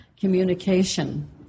communication